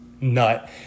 nut